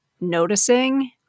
noticing